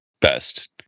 best